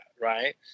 right